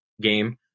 game